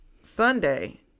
Sunday